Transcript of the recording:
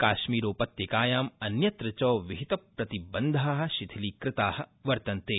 काश्मीरोपत्यकायां अन्यत्र च विहितप्रतिबन्धा शिथिलीकृता वर्तन्ते